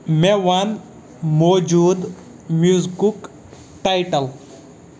مےٚ ون موجود میوزکُک ٹایٹل